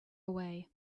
away